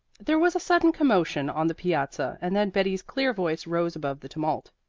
there was a sudden commotion on the piazza and then betty's clear voice rose above the tumult.